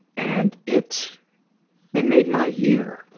and it's it made my year.